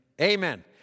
Amen